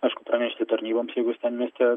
aišku pranešti tarnyboms jeigu jis ten mieste